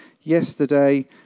yesterday